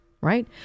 Right